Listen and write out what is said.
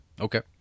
Okay